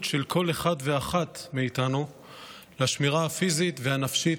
של כל אחד ואחת מאיתנו לשמירה הפיזית והנפשית,